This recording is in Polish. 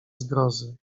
zgrozy